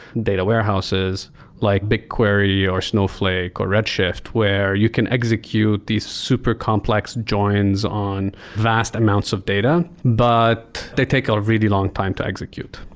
data warehouse like bigquery, or snowflake, or red shift where you can execute these super complex joins on vast amounts of data, but they take a really long time to execute.